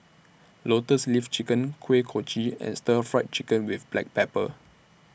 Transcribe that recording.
Lotus Leaf Chicken Kuih Kochi and Stir Fry Chicken with Black Pepper